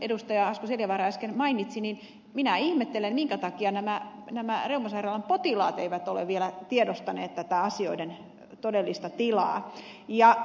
asko seljavaara äsken mainitsi niin minä ihmettelen minkä takia nämä reumasairaalan potilaat eivät ole vielä tiedostaneet tätä asioiden todellista tilaa